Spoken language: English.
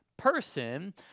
person